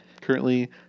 Currently